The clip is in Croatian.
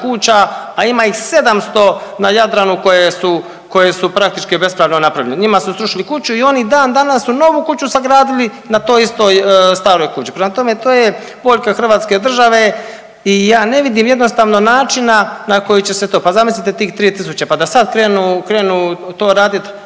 kuća, a ima ih 700 na Jadranu koje su, koje su praktički bespravno napravljene. Njima su srušili kuću i oni dan danas su novu kuću sagradili na toj istoj staroj kući. Prema tome to je boljka hrvatske države i ja ne vidim jednostavno načina na koji će se to. Pa zamislite tih 3.000, pa da sad krenu, krenu to radit